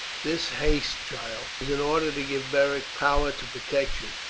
this haste, child, is in order to give beric power to protect you.